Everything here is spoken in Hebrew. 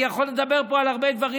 אני יכול לדבר פה על הרבה דברים.